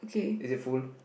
is it full